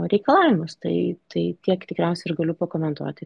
reikalavimus tai tai tiek tikriausiai ir galiu pakomentuoti